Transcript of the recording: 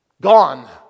gone